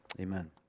Amen